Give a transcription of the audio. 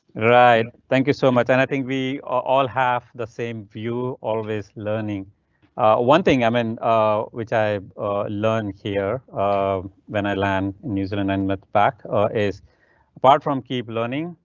right, thank you so much and i think we all have the same view, always learning one thing i mean which i learned here um when i land in new zealand, and meth back or is apart from keep learning,